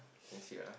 ya sia